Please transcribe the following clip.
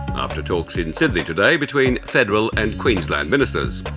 after talks in and sydney today between federal and queensland ministers.